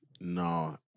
No